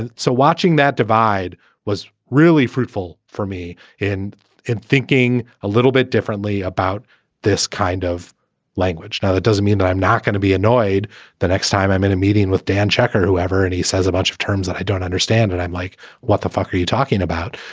and so watching that divide was really fruitful for me in in thinking a little bit differently about this kind of language. now, that doesn't mean that i'm not going to be annoyed the next time i'm in a meeting with dan checker or whoever. and he says a bunch of terms that i don't understand and i like what the fuck are you talking about?